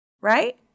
right